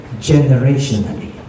generationally